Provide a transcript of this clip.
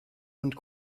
und